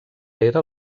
era